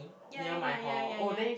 ya ya ya ya ya